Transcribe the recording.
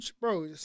bro